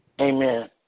Amen